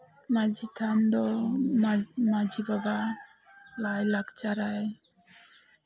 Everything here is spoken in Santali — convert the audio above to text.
ᱢᱟᱺᱡᱷᱤ ᱛᱷᱟᱱ ᱫᱚ ᱢᱟᱺᱡᱷᱤ ᱵᱟᱵᱟ ᱞᱟᱭ ᱞᱟᱠᱪᱟᱨᱟᱭ